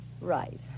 right